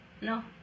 no